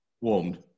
Warmed